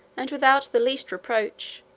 and without the least reproach,